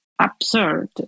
absurd